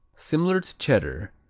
similar to cheddar,